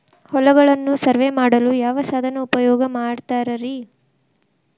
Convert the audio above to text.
ಹೊಲಗಳನ್ನು ಸರ್ವೇ ಮಾಡಲು ಯಾವ ಸಾಧನ ಉಪಯೋಗ ಮಾಡ್ತಾರ ರಿ?